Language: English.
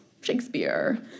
Shakespeare